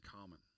common